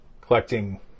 collecting